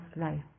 life